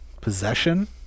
Possession